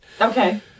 Okay